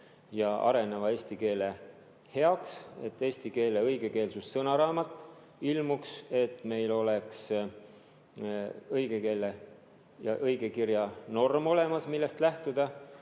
ja areneva eesti keele heaks, et eesti keele õigekeelsussõnaraamat ilmuks, et meil oleks olemas õigekeele‑ ja õigekirjanorm, millest lähtuda.